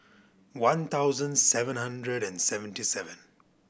one thousand seven hundred and seventy seven